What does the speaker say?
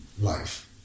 life